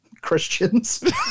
Christians